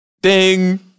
Ding